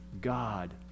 god